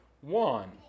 one